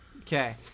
Okay